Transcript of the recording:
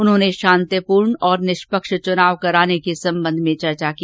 उन्होंने शांतिपूर्ण और निष्पक्ष चूनाव कराने के संबंध में चर्चा की